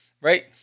Right